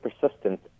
persistent